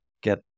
get